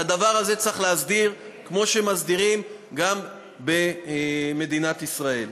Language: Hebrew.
את הדבר הזה צריך להסדיר כמו שמסדירים גם במדינת ישראל.